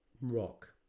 Rock